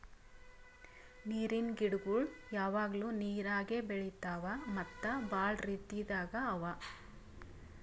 ನೀರಿನ್ ಗಿಡಗೊಳ್ ಯಾವಾಗ್ಲೂ ನೀರಾಗೆ ಬೆಳಿತಾವ್ ಮತ್ತ್ ಭಾಳ ರೀತಿದಾಗ್ ಅವಾ